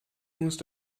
musst